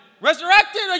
Resurrected